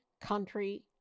country